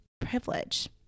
Privilege